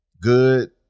Good